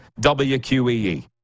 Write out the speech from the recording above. WQEE